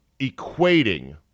equating